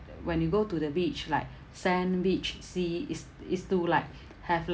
when you go to the beach like sand beach sea it's it's to like have like